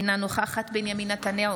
אינה נוכחת בנימין נתניהו,